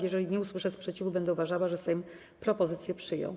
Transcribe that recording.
Jeżeli nie usłyszę sprzeciwu, będę uważała, że Sejm propozycję przyjął.